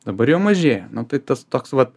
dabar jau mažėja nu tai tas toks vat